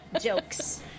jokes